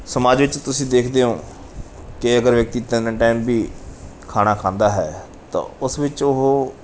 ਸਮਾਜ ਵਿੱਚ ਤੁਸੀਂ ਦੇਖਦੇ ਹੋ ਕਿ ਅਗਰ ਵਿਅਕਤੀ ਤਿੰਨ ਟਾਇਮ ਵੀ ਖਾਣਾ ਖਾਂਦਾ ਹੈ ਤਾਂ ਉਸ ਵਿੱਚ ਉਹ